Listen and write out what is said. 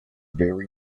very